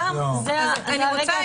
שם --- אני רוצה,